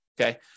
Okay